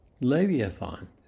Leviathan